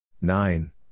Nine